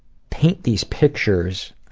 paint these pictures,